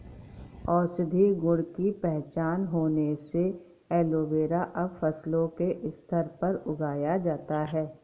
औषधीय गुण की पहचान होने से एलोवेरा अब फसलों के स्तर पर उगाया जाता है